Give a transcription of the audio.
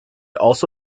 also